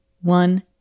one